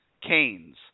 CANES